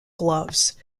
gloves